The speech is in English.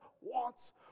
wants